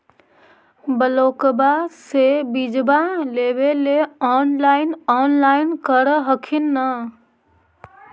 ब्लोक्बा से बिजबा लेबेले ऑनलाइन ऑनलाईन कर हखिन न?